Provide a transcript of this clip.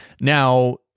now